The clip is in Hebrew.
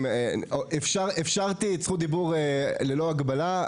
אפשרתי זכות דיבור ללא הגבלה,